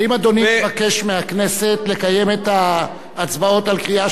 האם אדוני מבקש מהכנסת לקיים את ההצבעות בקריאה